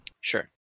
Sure